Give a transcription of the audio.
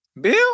Bill